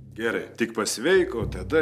gerai tik pasveik o tada